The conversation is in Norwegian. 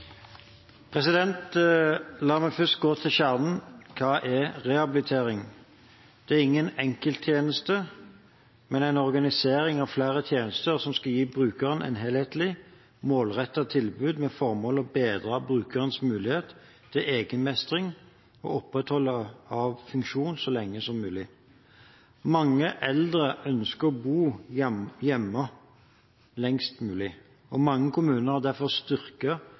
La meg først gå til kjernen: Hva er rehabilitering? Det er ingen enkelttjeneste, men en organisering av flere tjenester som skal gi brukeren et helhetlig, målrettet tilbud med formål å bedre brukerens mulighet til egenmestring og opprettholdelse av funksjon så lenge som mulig. Mange eldre ønsker å bo hjemme lengst mulig, og mange kommuner har derfor styrket